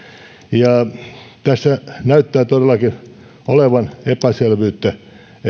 tässä näyttää todellakin olevan epäselvyyttä